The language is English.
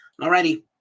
Alrighty